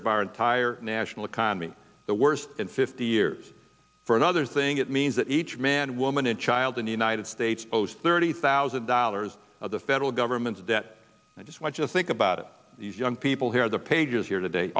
of our entire national economy the worst in fifty years for another thing it means that each man woman and child in the united states post thirty thousand dollars of the federal government's debt i just want you to think about it these young people here the pages here today